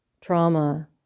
trauma